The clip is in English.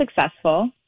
successful